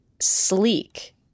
sleek